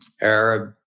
Arab